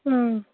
اۭں